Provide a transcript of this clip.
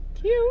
Cute